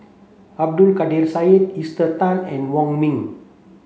Abdul Kadir Syed Esther Tan and Wong Ming